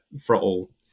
throttle